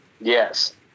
Yes